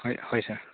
ꯍꯣꯏ ꯍꯣꯏ ꯁꯥꯔ